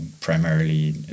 primarily